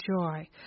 joy